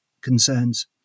concerns